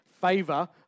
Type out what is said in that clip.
favor